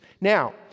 Now